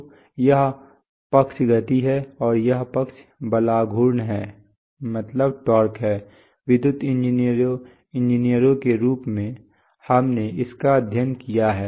तो यह पक्ष गति है और यह पक्ष बलाघूर्ण है विद्युत इंजीनियरों के रूप में हमने इसका अध्ययन किया है